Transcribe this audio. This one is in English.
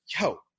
yo